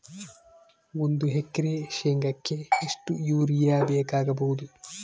ಒಂದು ಎಕರೆ ಶೆಂಗಕ್ಕೆ ಎಷ್ಟು ಯೂರಿಯಾ ಬೇಕಾಗಬಹುದು?